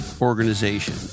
organization